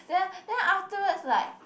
then then afterwards like